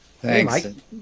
Thanks